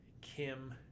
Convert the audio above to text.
Kim